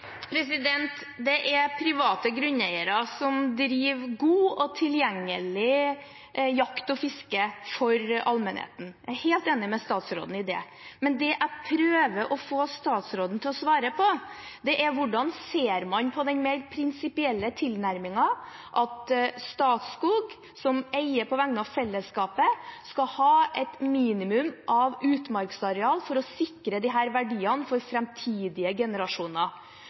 Det er private grunneiere som sikrer god tilgang til jakt og fiske for allmennheten, jeg er helt enig med statsråden i det, men det jeg prøver å få statsråden til å svare på, er hvordan man ser på den mer prinsipielle tilnærmingen, det at Statskog – som eier på vegne av fellesskapet – skal ha et minimum av utmarksareal for å sikre disse verdiene for framtidige generasjoner.